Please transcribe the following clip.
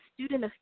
Student